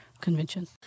convention